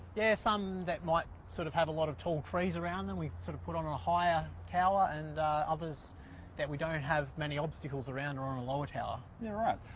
yeah some that might sort of have a lot of tall trees around them, we've sort of put on on a higher tower and others that we don't have many obstacles around are on a lower tower. yeah right.